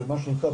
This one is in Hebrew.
זה מה שנקרא,